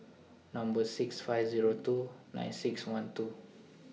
Number six five Zero two nine six one two